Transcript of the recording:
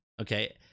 Okay